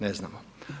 Ne znamo.